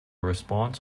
response